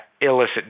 illicit